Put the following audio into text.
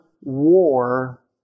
war